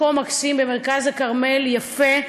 מקום מקסים במרכז הכרמל, יפה,